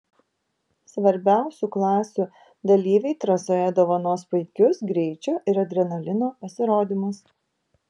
svarbiausių klasių dalyviai trasoje dovanos puikius greičio ir adrenalino pasirodymus